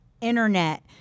Internet